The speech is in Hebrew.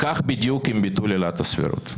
כך בדיוק עם ביטול עילת הסבירות.